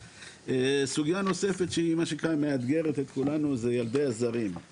סוגייה נוספת שמאתגרת את כולנו זה ילדי הזרים.